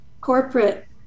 corporate